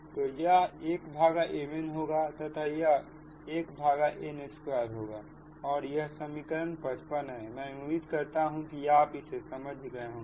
तो यह 1mn होगा तथा यह 1n2 होगा और यह समीकरण 55 है मैं उम्मीद करता हूं कि आप इसे समझ गए होंगे